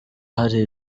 hari